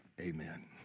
Amen